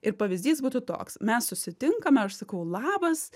ir pavyzdys būtų toks mes susitinkame aš sakau labas